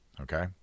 okay